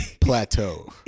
plateau